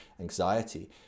anxiety